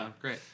great